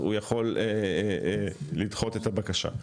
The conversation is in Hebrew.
הוא יכול לדחות את הבקשה.